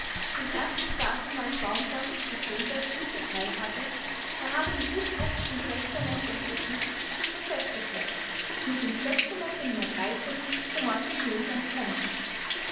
dem ersten staatsanwalt baumgard zu kleve mitgeteilt hatte er habe die buschhoffschen schächtmesser untersucht und festgestellt daß mit dem schächtmesser nr der mord geschehen sein könne